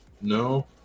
No